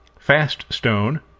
Faststone